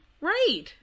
Right